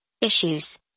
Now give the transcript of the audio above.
issues